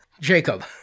jacob